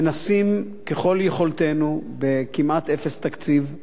מנסים ככל יכולתנו, בכמעט אפס תקציב,